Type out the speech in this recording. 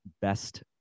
best